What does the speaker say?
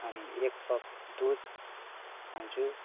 अनि एक कप दुध खान्छु